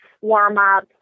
warm-up